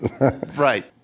Right